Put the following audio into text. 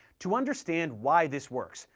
to understand why this works,